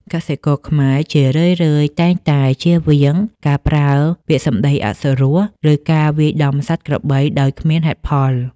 កសិករខ្មែរជារឿយៗតែងតែចៀសវាងការប្រើពាក្យសម្តីអសុរោះ ឬការវាយដំសត្វក្របីដោយគ្មានហេតុផល។